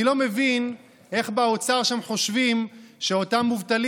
אני לא מבין איך באוצר שם חושבים שאותם מובטלים